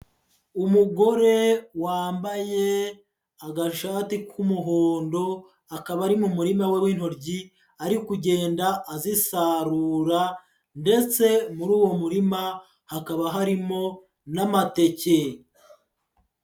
Umugore wambaye agashati k'umuhondo, akaba ari n'umurima we w'intoryi ari kugenda azisarura, ndetse muri uwo murima hakaba harimo n'amateke.